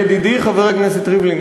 ידידי חבר הכנסת ריבלין,